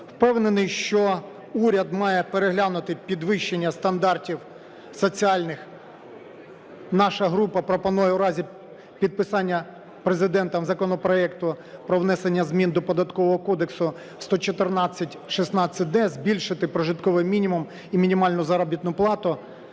Впевнений, що уряд має переглянути підвищення стандартів соціальних. Наша група пропонує в разі підписання Президентом законопроекту про внесення змін до Податкового кодексу (11416-д) збільшити прожитковий мінімум і мінімальну заробітну плату